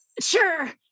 Sure